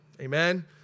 amen